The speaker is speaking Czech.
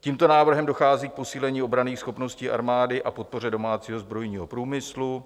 Tímto návrhem dochází k posílení obranných schopností armády a k podpoře domácího zbrojního průmyslu.